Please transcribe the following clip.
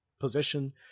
position